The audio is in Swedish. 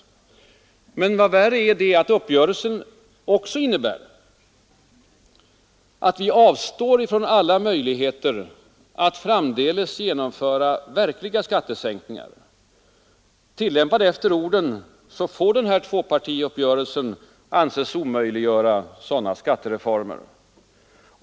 Men, vad värre är, uppgörelsen innebär också att vi avstår från alla möjligheter att framdeles genomföra verkliga skattesänkningar. Tillämpad efter orden får tvåpartiuppgörelsen anses omöjliggöra sådana skattereformer.